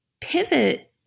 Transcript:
pivot